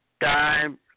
Time